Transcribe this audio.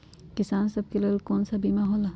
किसान सब के लेल कौन कौन सा बीमा होला?